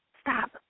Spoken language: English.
stop